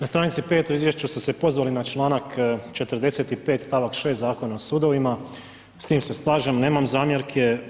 Na stranici 5 u izvješću ste se pozvali na članak 45. stavak 6. Zakona o sudovima, s tim se slažem nemam zamjerke.